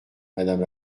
madame